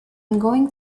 going